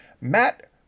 Matt